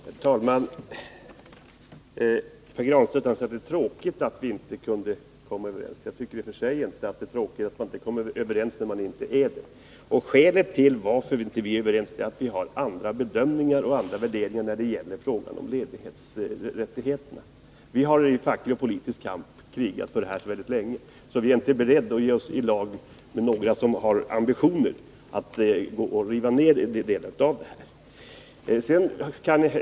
Herr talman! Pär Granstedt säger att det är tråkigt att vi inte kunde komma överens. Jag tycker inte att det är tråkigt att man inte kommer överens när man inte är överens. Skälet till att vi inte är överens är att vi gör olika bedömningar och har olika värderingar när det gäller rätten till ledighet. Vi socialdemokrater har i facklig och politisk kamp länge slagits för ledighetsrätten. Vi är därför inte beredda att ge oss i lag med några som har ambitioner att riva ned delar av det vi har uppnått.